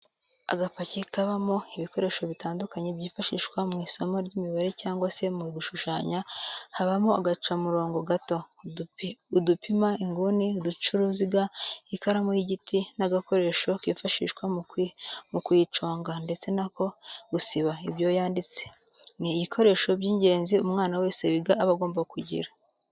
Agapaki kabamo ibikoresho bitandukanye byifashishwa mu isomo ry'imibare cyangwa se mu gushushanya habamo agacamurongo gato, udupima inguni, uducaruziga, ikaramu y'igiti n'agakoresho kifashishwa mu kuyiconga ndetse n'ako gusiba ibyo yanditse, ni ibikoresho by'ingenzi umwana wese wiga aba agomba kugira.